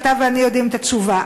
ואתה ואני יודעים את התשובה.